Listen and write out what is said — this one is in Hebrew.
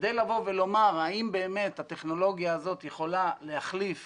כדי לבוא ולומר האם באמת הטכנולוגיה הזאת יכולה להחליף